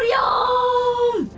yeah oh,